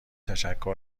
تشکر